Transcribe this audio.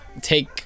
take